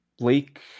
Lake